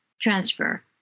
transfer